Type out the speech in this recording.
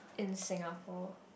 in Singapore